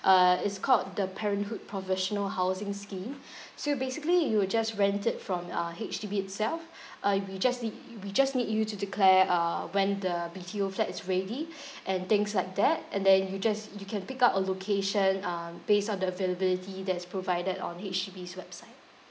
uh it's called the parenthood provisional housing scheme so basically you will just rent it from uh H_D_B itself uh we just need we just need you to declare uh when the B_T_O flat is ready and things like that and then you just you can pick up a location um based on the availability that is provided on H_D_B's website